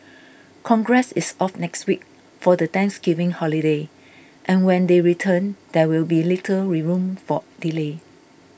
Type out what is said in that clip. congress is off next week for the Thanksgiving holiday and when they return there will be little we room for delay